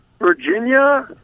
Virginia